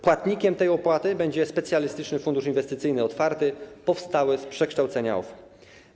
Płatnikiem tej opłaty będzie specjalistyczny fundusz inwestycyjny otwarty powstały z przekształcenia OFE.